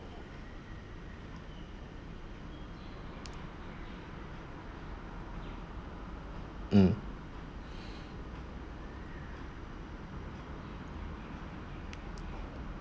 mm